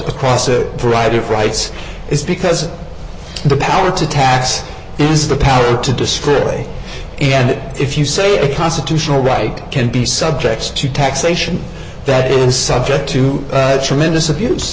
across it variety of rights is because the power to tax is the power to destroy and that if you say a constitutional right can be subject to taxation that is subject to tremendous abuse